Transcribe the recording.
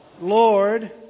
Lord